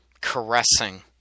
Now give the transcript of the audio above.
caressing